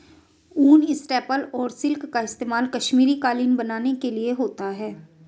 ऊन, स्टेपल और सिल्क का इस्तेमाल कश्मीरी कालीन बनाने के लिए होता है